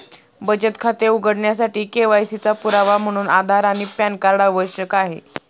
बचत खाते उघडण्यासाठी के.वाय.सी चा पुरावा म्हणून आधार आणि पॅन कार्ड आवश्यक आहे